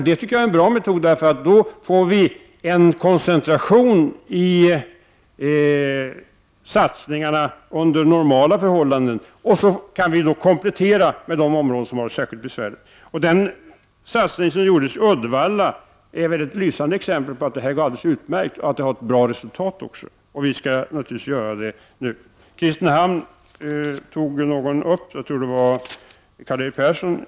Det tycker jag är en bra metod, eftersom vi kan göra en koncentration av satsningen under normala förhållanden och sedan komplettera med de områden som har det särskilt besvärligt. Den satsning som gjordes i Uddevalla är väl ett lysande exempel på att det går alldeles utmärkt och att det även ger bra resultat. Vi skall naturligtvis göra det nu. Jag tror att det var Karl-Erik Persson som tog upp Kristinehamn.